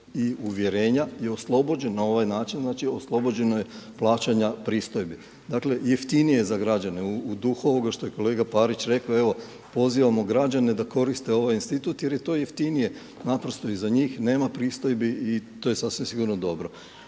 i uvjerenja je oslobođeno na ovaj način, znači oslobođeno je plaćanja pristojbi. Dakle, jeftinije je za građane. U duhu ovoga što je kolega Parić rekao, evo pozivamo građane da koriste ovaj institut jer je to jeftinije naprosto i za njih. Nema pristojbi i to je sasvim sigurno dobro.